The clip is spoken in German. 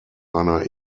einer